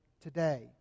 today